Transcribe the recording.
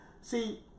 See